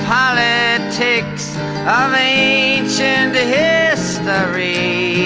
politics of ancient and history